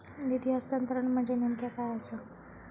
निधी हस्तांतरण म्हणजे नेमक्या काय आसा?